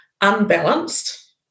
unbalanced